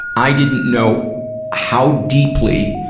i didn't know how deeply